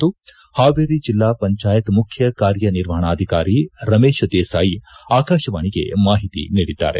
ಎಂದು ಹಾವೇರಿ ಜಿಲ್ಲಾ ಪಂಚಾಯತ್ ಮುಖ್ಯ ಕಾರ್ಯನಿರ್ವಹಣಾಧಿಕಾರಿ ರಮೇಶ ದೇಸಾಯಿ ಆಕಾಶವಾಣಿಗೆ ಮಾಹಿತಿ ನೀಡಿದ್ದಾರೆ